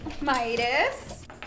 Midas